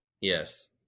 Yes